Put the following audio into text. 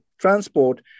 transport